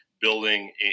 building